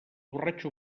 borratxo